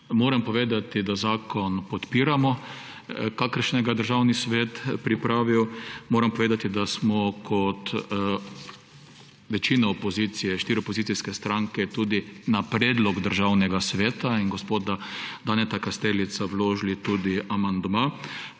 Moram povedati, da zakon, kakršnega je Državni svet pripravil, podpiramo. Moram povedati, da smo kot večina opozicije, štiri opozicijske stranke, na predlog Državnega sveta in gospoda Danijela Kastelica vložili amandma.